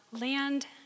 land